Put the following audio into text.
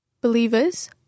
Believers